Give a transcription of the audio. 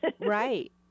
Right